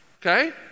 okay